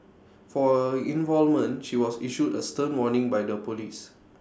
for involvement she was issued A stern warning by the Police